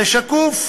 זה שקוף.